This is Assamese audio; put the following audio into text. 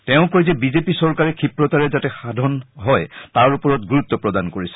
তেওঁ কয় যে বিজেপি চৰকাৰে ক্ষীপ্ৰতাৰে যাতে বিকাশ সাধন হয় তাৰ ওপৰত গুৰুত্ব প্ৰদান কৰি আহিছে